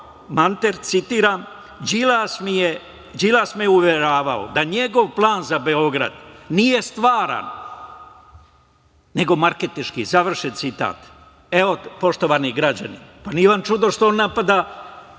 Manter, citiram: „Đilas me je uveravao da njegov plan za Beograd nije stvaran, nego marketinški“. Završen citat. Evo, poštovani građani, pa nije vam čudno što on napada